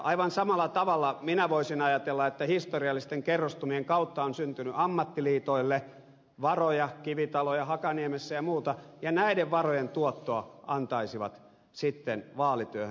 aivan samalla tavalla minä voisin ajatella että historiallisten kerrostumien kautta on syntynyt ammattiliitoille varoja kivitaloja hakaniemessä ja muuta ja näiden varojen tuottoa nämä antaisivat sitten vaalityöhön